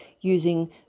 using